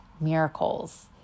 miracles